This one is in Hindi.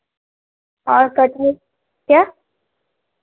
और कटहल क्या